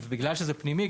בגלל שזה פנימי,